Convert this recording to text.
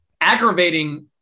aggravating